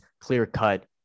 clear-cut